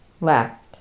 left